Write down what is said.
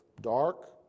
dark